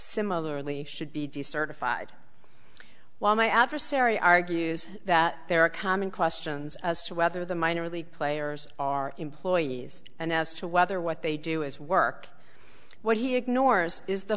similarly should be decertified while my adversary argues that there are common questions as to whether the minor league players are employees and as to whether what they do is work what he ignores is the